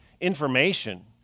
information